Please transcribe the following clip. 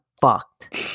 fucked